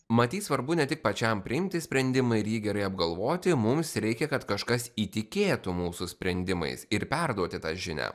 matyt svarbu ne tik pačiam priimti sprendimą ir jį gerai apgalvoti mums reikia kad kažkas įtikėtų mūsų sprendimais ir perduoti tą žinią